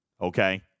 okay